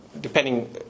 depending